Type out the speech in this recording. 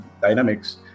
dynamics